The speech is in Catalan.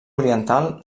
oriental